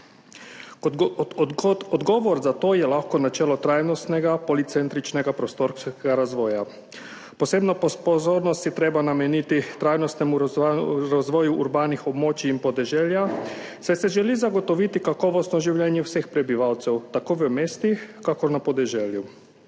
Odgovor za to je lahko načelo trajnostnega policentričnega prostorskega razvoja. Posebno pozornost je treba nameniti trajnostnemu razvoju urbanih območij in podeželja, saj se želi zagotoviti kakovostno življenje vseh prebivalcev tako v mestih kakor na podeželju.